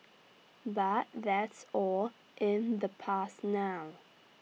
but that's all in the past now